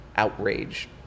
Outrage